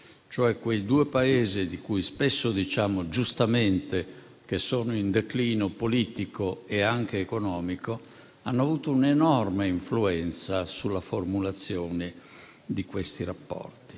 Quei due Paesi, di cui spesso diciamo, giustamente, che sono in declino politico e anche economico, hanno avuto un'enorme influenza sulla formulazione di questi rapporti,